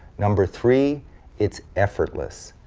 number three it's effortless.